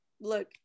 look